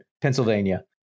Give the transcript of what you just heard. Pennsylvania